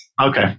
Okay